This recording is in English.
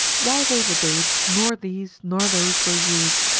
while they debate, nor these nor those will yield,